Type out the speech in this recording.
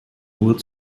nur